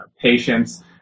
patients